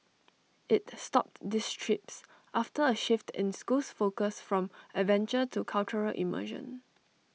IT stopped these trips after A shift in school's focus from adventure to cultural immersion